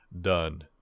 done